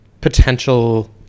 potential